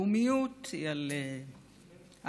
לאומיות היא על אהבת